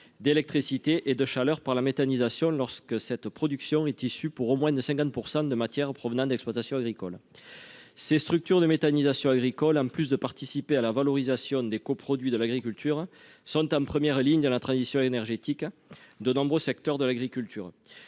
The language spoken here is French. d'électricité et de chaleur par la méthanisation, lorsque cette production est issue pour au moins 50 % de matières provenant d'exploitations agricoles ». Ces structures de méthanisation agricole, en plus de participer à la valorisation des coproduits de l'agriculture, sont en première ligne de la transition énergétique de nombreux secteurs consommateurs